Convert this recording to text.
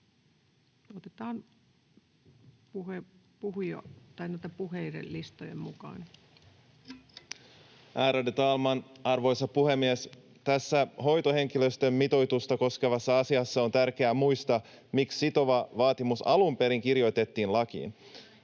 Time: 17:10 Content: Ärade talman, arvoisa puhemies! Tässä hoitohenkilöstön mitoitusta koskevassa asiassa on tärkeää muistaa, miksi sitova vaatimus alun perin kirjoitettiin lakiin.